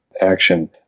action